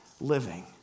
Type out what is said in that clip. living